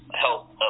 help